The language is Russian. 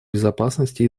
безопасности